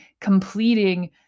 completing